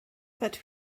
but